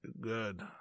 Good